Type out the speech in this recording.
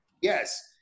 Yes